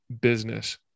business